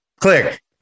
click